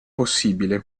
possibile